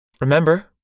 Remember